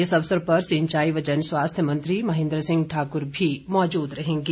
इस अवसर पर सिंचाई व जन स्वास्थ्य मंत्री महेन्द्र सिंह भी मौजूद रहेंगे